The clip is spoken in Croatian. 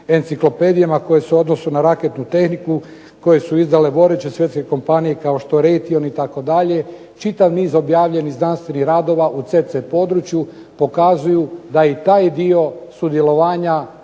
enciklopedijama koje se odnose na raketnu tehniku koje su izdale goruće svjetske kompanije kao što je "Retion" itd., čitav niz objavljenih znanstvenih radova u .../Govornik se ne razumije./... području pokazuju da i taj dio sudjelovanja